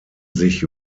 sich